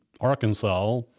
Arkansas